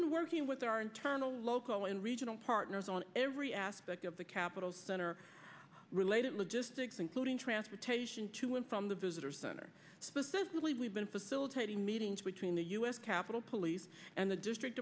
been working with our internal local and regional partners on every aspect of the capital center related logistics including transportation to and from the visitors center specifically we've been facilitating meetings between the u s capitol police and the district